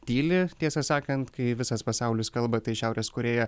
tyli tiesą sakant kai visas pasaulis kalba tai šiaurės korėja